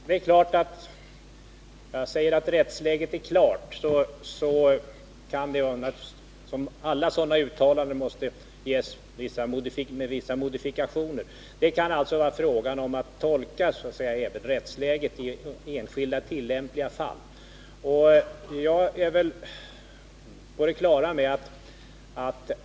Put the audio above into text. Herr talman! När jag säger att rättsläget är klart är det ett uttalande som görs med viss modifikation, liksom alla sådana uttalanden. Det kan alltså vara frågan om att tolka även rättsläget i enskilda tillämpliga fall.